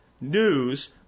news